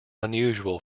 unusual